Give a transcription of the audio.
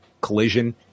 Collision